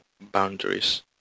boundaries